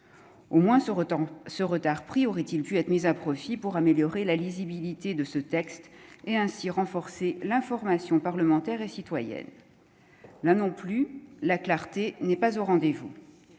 retourner ce retard pris aurait-il pu être mise à profit pour améliorer la lisibilité de ce texte et ainsi renforcer l'information parlementaire et citoyenne, là non plus, la clarté n'est pas au rendez-vous,